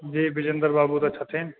जी विजयेंद्र बाबू तऽ छथिन